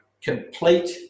complete